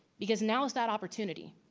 because now is that opportunity.